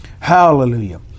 Hallelujah